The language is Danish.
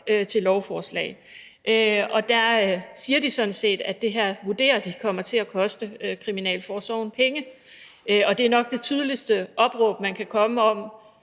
til lovforslag, og der siger de sådan set, at de vurderer, at det her kommer til at koste kriminalforsorgen penge, og det er nok det tydeligste opråb, man kan komme med,